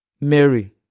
Mary